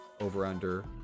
over-under